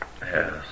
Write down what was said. Yes